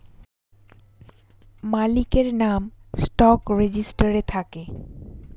মালিকের নাম স্টক রেজিস্টারে থাকে